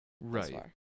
Right